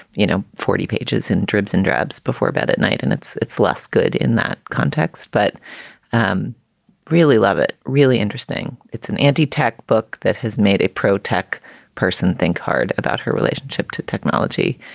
you know, forty pages in dribs and drabs before bed at night. and it's it's less good in that context, but i um really love it. really interesting. it's an anti-tech book that has made a protec person think hard about her relationship to technology.